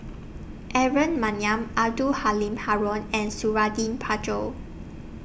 Aaron Maniam Abdul Halim Haron and Suradi Parjo